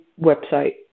website